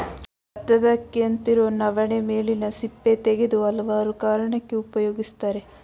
ಬತ್ತದ ಅಕ್ಕಿಯಂತಿರೊ ನವಣೆ ಮೇಲಿನ ಸಿಪ್ಪೆ ತೆಗೆದು ಹಲವಾರು ಕಾರಣಕ್ಕೆ ಉಪಯೋಗಿಸ್ತರೆ